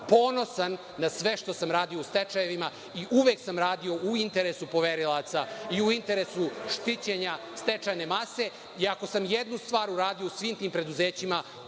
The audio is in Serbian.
ponosan sam na sve što sam radio u stečajevima i uvek sam radio u interesu poverilaca i u interesu štićenja stečajne mase, i ako sam ijednu stvari uradio u svim tim preduzećima,